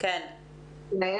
דבר